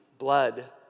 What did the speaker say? Blood